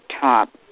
top